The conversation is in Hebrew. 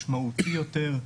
משמעותי יותר,